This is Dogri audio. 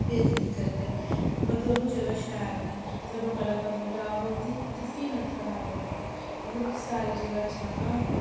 व्यतीत करदे बा दोनों जगह् शैल न सभनें तूं पैह्लें पत्नीटॉप औंदी ते फ्ही नत्थाटॉप औंदी मतलब कि सारी जगह् जाना